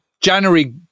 January